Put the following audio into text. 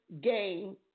game